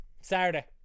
Saturday